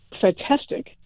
fantastic